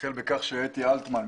החל כשאתי אלטמן,